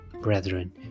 Brethren